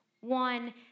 one